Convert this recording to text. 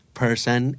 person